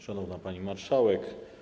Szanowna Pani Marszałek!